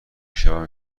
شوم